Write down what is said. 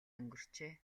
өнгөрчээ